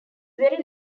very